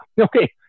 okay